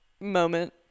moment